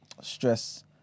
stress